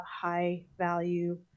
high-value